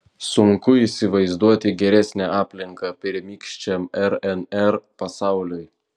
sunku įsivaizduoti geresnę aplinką pirmykščiam rnr pasauliui